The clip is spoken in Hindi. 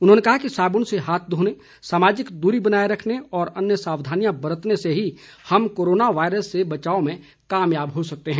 उन्होंने कहा कि साबुन से हाथ धोने सामाजिक दूरी बनाए रखने और अन्य सावधानियां बरतने से ही हम कोरोना वायरस से बचाव में कामयाब हो सकते हैं